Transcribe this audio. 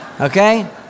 Okay